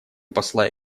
посла